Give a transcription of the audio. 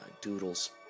doodles